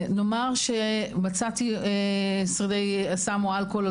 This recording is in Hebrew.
נאמר שמצאתי שרידי סם או אלכוהול,